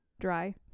dry